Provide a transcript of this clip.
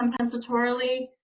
compensatorily